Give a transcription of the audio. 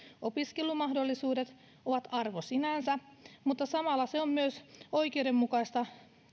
opiskelumahdollisuudet ovat arvo sinänsä mutta samalla se on myös oikeudenmukaista